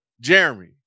Jeremy